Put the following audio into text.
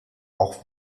auch